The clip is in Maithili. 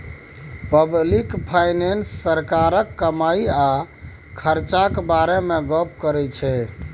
पब्लिक फाइनेंस सरकारक कमाई आ खरचाक बारे मे गप्प करै छै